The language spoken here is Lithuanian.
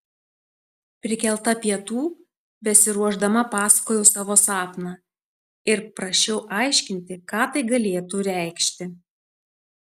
prikelta pietų besiruošdama pasakojau savo sapną ir prašiau aiškinti ką tai galėtų reikšti